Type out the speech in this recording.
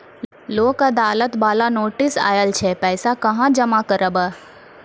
लोक अदालत बाला नोटिस आयल छै पैसा कहां जमा करबऽ?